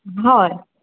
हय